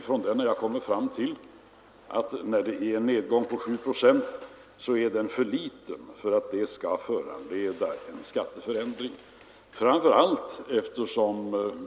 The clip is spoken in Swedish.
Från den har jag kommit fram till att en nedgång på 7 procent är för liten för att den skall föranleda en skatteförändring.